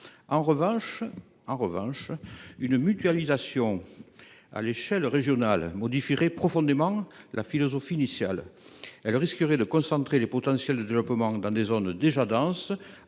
En revanche, une mutualisation à l’échelle régionale modifierait profondément la philosophie initiale de cette garantie. Elle risquerait de concentrer les potentiels de développement dans des zones déjà denses